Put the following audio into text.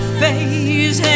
face